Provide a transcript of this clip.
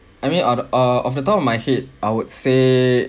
I mean our uh off the top of my head I would say